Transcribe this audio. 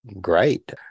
great